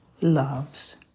loves